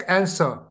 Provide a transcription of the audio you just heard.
answer